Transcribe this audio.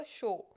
show